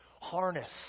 harness